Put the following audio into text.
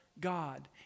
God